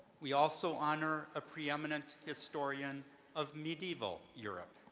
we also honor a preeminent historian of medieval europe.